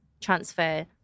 transfer